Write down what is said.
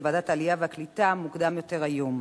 בוועדת העלייה והקליטה מוקדם יותר היום: